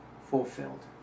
fulfilled